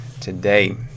today